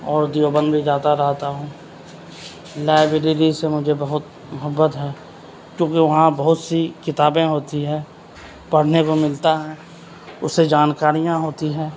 اور دیوبند بھی جاتا رہتا ہوں لائبریری سے مجھے بہت محبت ہے چونکہ وہاں بہت سی کتابیں ہوتی ہے پڑھنے کو ملتا ہے اس سے جانکاریاں ہوتی ہیں